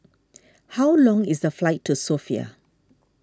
how long is the flight to Sofia